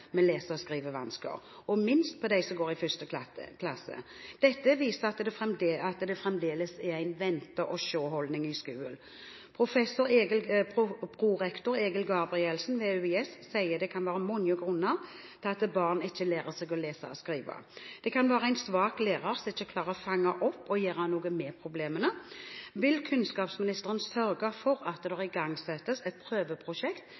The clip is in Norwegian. Dette viser at det fremdeles er en vente-og-se-holdning i skolen. Prorektor Egil Gabrielsen ved Universitetet i Stavanger sier at det kan være mange grunner til at barn ikke lærer seg å lese og skrive. Det kan være en svak lærer, som ikke klarer å fange opp og gjøre noe med problemet. Vil kunnskapsministeren sørge for at det igangsettes et prøveprosjekt,